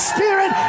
Spirit